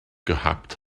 gehabt